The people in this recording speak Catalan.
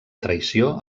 traïció